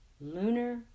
lunar